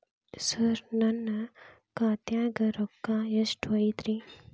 ಸರ ನನ್ನ ಖಾತ್ಯಾಗ ರೊಕ್ಕ ಎಷ್ಟು ಐತಿರಿ?